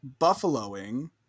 buffaloing